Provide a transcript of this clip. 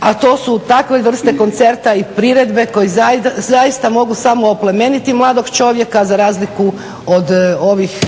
a to su takve vrste koncerta i priredbe koje zaista mogu samo oplemeniti mladog čovjeka za razliku od ovih